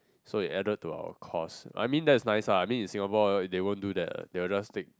so it added to our cost I mean that's nice ah I mean in Singapore they won't do that they will just take